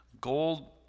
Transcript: gold